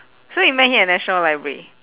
so you met him at national library